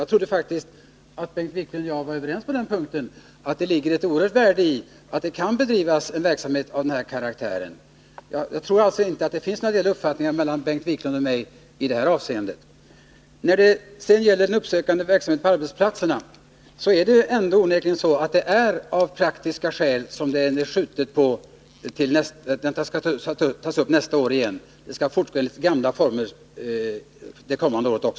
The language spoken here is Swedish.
Jag trodde faktiskt att Bengt Wiklund och jag var överens om att det ligger ett oerhört värde i att det kan bedrivas en verksamhet av den här karaktären. Jag tror alltså inte att det finns några delade uppfattningar mellan Bengt Wiklund och mig på den punkten. När det gäller den uppsökande verksamheten på arbetsplatserna är det onekligen av praktiska skäl som man har skjutit på denna fråga så att den skall tas upp nästa år igen. Verksamheten skall alltså fortgå i de gamla formerna även under det kommande budgetåret.